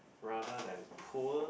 rather than poor